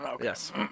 yes